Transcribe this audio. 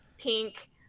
Pink